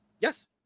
Yes